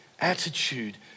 attitude